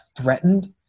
threatened